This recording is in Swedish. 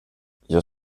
jag